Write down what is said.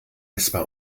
essbar